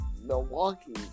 Milwaukee